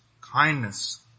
kindness